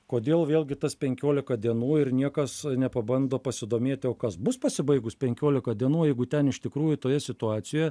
kodėl vėlgi tas penkiolika dienų ir niekas nepabando pasidomėti o kas bus pasibaigus penkiolika dienų jeigu ten iš tikrųjų toje situacijoje